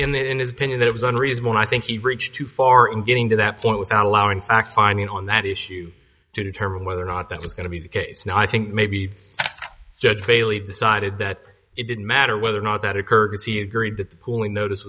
in his opinion that it was unreasonable i think he reached too far in getting to that point without allowing fact finding on that issue to determine whether or not that was going to be the case now i think maybe judge bailey decided that it didn't matter whether or not that occurred as he agreed that the pooling notice